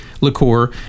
liqueur